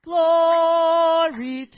Glory